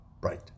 bright